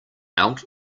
out